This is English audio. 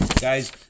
Guys